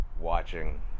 watching